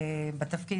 בתפקיד,